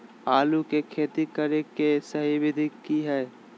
आलू के खेती करें के सही विधि की हय?